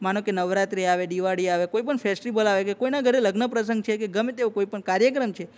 માનો કે નવરાત્રિ આવે દિવાળી આવે કોઈપણ ફેસ્ટિવલ આવે કે કોઈનાં ઘરે લગ્ન પ્રસંગ છે કે ગમે તેવું કોઈ પણ કાર્યક્રમ છે